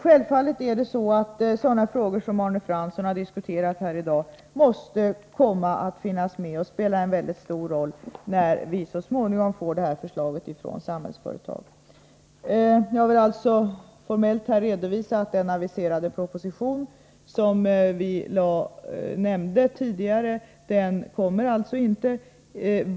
Självfallet måste därvid sådana frågor som Arne Fransson har diskuterat här i dag finnas med i bilden och spela en mycket stor roll när vi så småningom får förslaget från Samhällsföretag. Jag vill alltså formellt redovisa att den proposition som vi tidigare aviserat inte kommer att läggas fram.